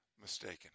mistaken